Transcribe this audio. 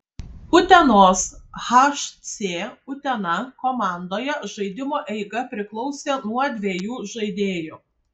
utenos hc utena komandoje žaidimo eiga priklausė nuo dviejų žaidėjų